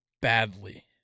badly